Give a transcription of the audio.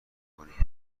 کنید